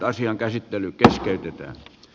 asian käsittely keskeytetään